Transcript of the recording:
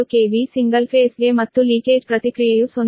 6666 KV single phase ಗೆ ಮತ್ತು leakage ಪ್ರತಿಕ್ರಿಯೆಯು 0